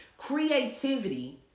creativity